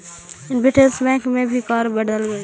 investment bank में भी कार्य बंटल हई